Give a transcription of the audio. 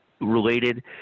related